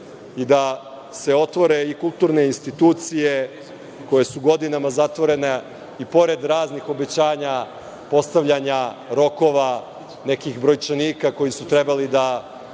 i da se otvore i kulturne institucije koje su godinama zatvorene i pored raznih obećanja postavljanja rokova, nekih brojčanika koji su trebali da